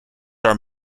are